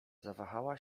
zawahała